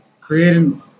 creating